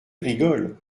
rigole